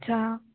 আচ্ছা